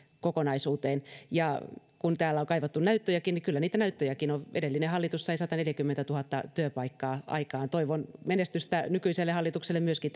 kokonaisuuteen kun täällä on kaivattu näyttöjäkin niin kyllä niitä näyttöjäkin on edellinen hallitus sai sataneljäkymmentätuhatta työpaikkaa aikaan toivon menestystä nykyiselle hallitukselle myöskin